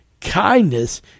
kindness